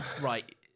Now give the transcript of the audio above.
Right